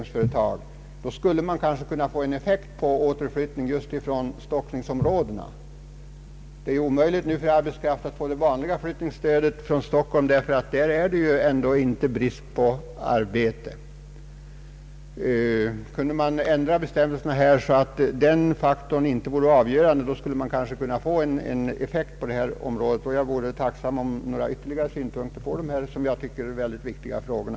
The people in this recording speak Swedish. På så sätt skulle man kunna få ökad effekt av strävandena att åstadkomma en återflyttning från stockningsområdena. Det är nu omöjligt för arbetskraften att få det vanliga stödet vid flyttning från Stockholm, eftersom det inte är brist på arbete där. Kunde man ändra bestämmelserna så, att den faktorn inte vore avgörande, skulle man kanske kunna få effekt av verksamheten. Jag vore tacksam för några ytterligare synpunkter på denna, såsom jag tycker, ytterligt viktiga fråga.